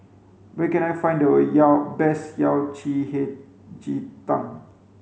where can I find the Yao best Yao Chi Hei Ji Tang